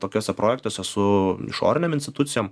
tokiuose projektuose su išorinėm institucijom